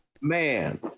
man